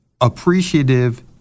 appreciative